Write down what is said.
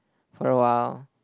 for a while